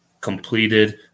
completed